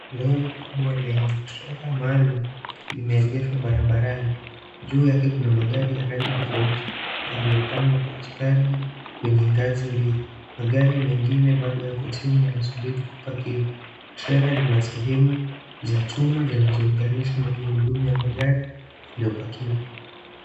Lori kubwa lenye trela maalum, limeegeshwa barabarani. Juu yake kuna magari ya rangi tofauti, yaliyopangwa kwa ustadi, kwenye ngazi mbili. Magari mengine bado yako chini yanasubiri kupakiwa. Trela lina sehemu za chuma zinazounganisha magurudumu ya magari, yaliyopakiwa.